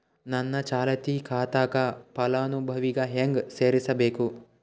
ನನ್ನ ಚಾಲತಿ ಖಾತಾಕ ಫಲಾನುಭವಿಗ ಹೆಂಗ್ ಸೇರಸಬೇಕು?